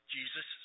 Jesus